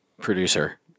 producer